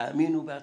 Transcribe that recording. תאמינו בעצמכם,